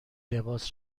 لباس